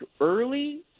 early